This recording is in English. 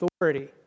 authority